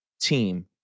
team